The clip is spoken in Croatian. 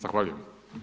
Zahvaljujem.